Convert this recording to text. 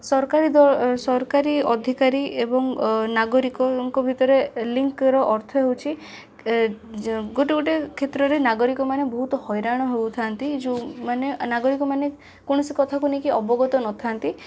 ସରକାରୀ ଦ ସରକାରୀ ଅଧିକାରୀ ଏବଂ ଅ ନାଗରିକଙ୍କ ଭିତରେ ଲିଙ୍କ୍ ର ଅର୍ଥ ହେଉଛି ଏ ଯେ ଗୋଟେ ଗୋଟେ କ୍ଷେତ୍ରରେ ନାଗରିକମାନେ ବହୁତ ହଇରାଣ ହଉଥାନ୍ତି ଯେଉଁ ମାନେ ନାଗରିକମାନେ କୌଣସି କଥାକୁ ନେଇକି ଅବଗତ ନ ଥାନ୍ତି